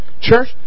Church